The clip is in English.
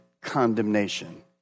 condemnation